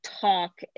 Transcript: talk